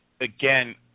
again